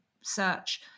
search